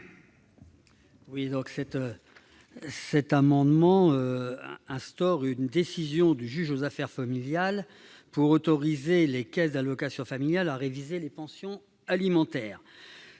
commission ? Cet amendement prévoit une décision du juge aux affaires familiales pour autoriser les caisses d'allocations familiales à réviser les pensions alimentaires.